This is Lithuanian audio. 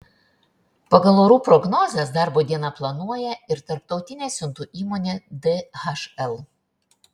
pagal orų prognozes darbo dieną planuoja ir tarptautinė siuntų įmonė dhl